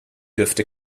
dürfte